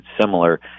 similar